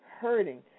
hurting